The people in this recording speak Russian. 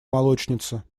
молочница